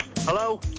Hello